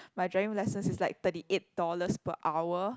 my driving lessons is like thirty eight dollars per hour